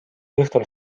õhtul